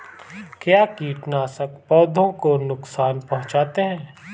क्या कीटनाशक पौधों को नुकसान पहुँचाते हैं?